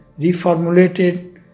reformulated